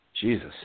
Jesus